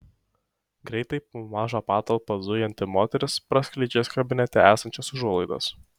greitai po mažą patalpą zujanti moteris praskleidžia kabinete esančias užuolaidas